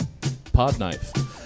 Podknife